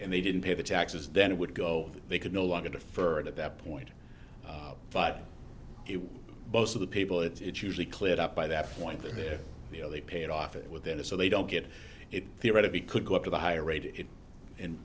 and they didn't pay the taxes then it would go they could no longer deferred at that point but most of the people that it usually cleared up by that point there you know they paid off it with their so they don't get it theoretically could go up to the higher rate i